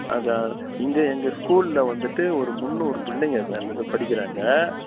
அதான் இங்கே எங்கள் ஸ்கூலில் வந்துட்டு ஒரு முந்நூறு பிள்ளைங்க படிக்கிறாங்க